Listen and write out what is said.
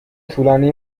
طولانی